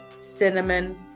cinnamon